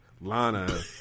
Lana